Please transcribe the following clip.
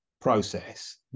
process